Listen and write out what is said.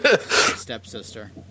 Stepsister